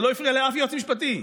זה לא הפריע לאף יועץ משפטי,